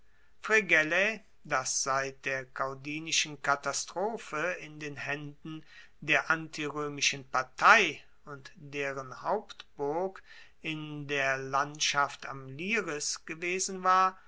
fregellae das seit der caudinischen katastrophe in den haenden der antiroemischen partei und deren hauptburg in der landschaft am liris gewesen war